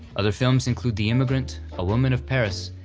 other films include the immigrant, a woman of paris,